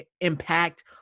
impact